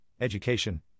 Education